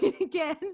again